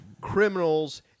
criminals